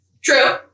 True